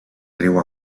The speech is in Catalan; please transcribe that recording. riu